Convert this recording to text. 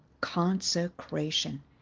Consecration